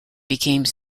became